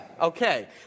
okay